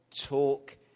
talk